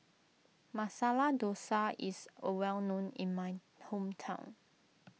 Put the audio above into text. Masala Dosa is a well known in my hometown